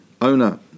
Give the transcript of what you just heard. owner